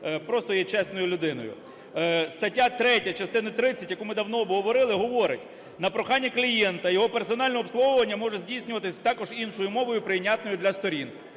просто є чесною людиною. Стаття 3 частини 30, яку ми давно обговорили, говорить: на прохання клієнта його персональне обслуговування може здійснюватися також іншою мовою, прийнятною для сторін.